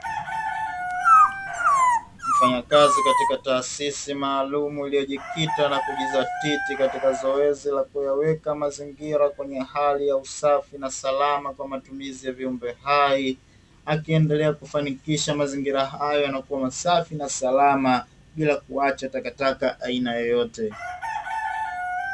Mfanyakazi katika taasisi maalumu, iliyojikita na kujizatiti katika zoezi la kuyaweka mazingira kwenye hali ya usafi na salama kwamatumizi ya viumbe hai, akiendelea kufanikisha mazingira hayo yanakuwa safi na salama bila kuacha takataka ya aina yoyote.